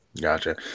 Gotcha